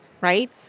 right